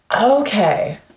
Okay